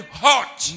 hot